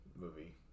movie